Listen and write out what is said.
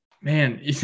Man